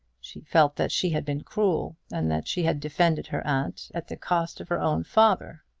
she felt that she had been cruel, and that she had defended her aunt at the cost of her own father.